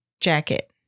jacket